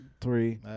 three